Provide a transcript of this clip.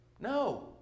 No